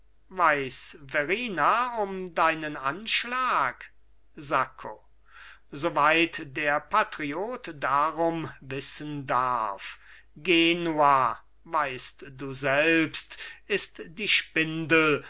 weiß verrina um deinen anschlag sacco soweit der patriot darum wissen darf genua weißt du selbst ist die spindel